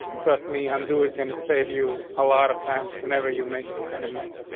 trust me undo is gonna save you a lot of times whenever you make some kind of message.